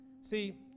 See